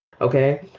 okay